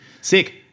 sick